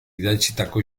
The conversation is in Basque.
idatzitako